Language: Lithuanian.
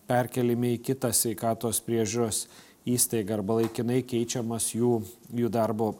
perkeliami į kitą sveikatos priežiūros įstaigą arba laikinai keičiamas jų jų darbo